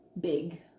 big